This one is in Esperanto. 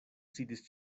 sidis